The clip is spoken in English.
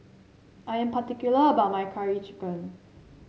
I am particular about my Curry Chicken